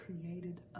created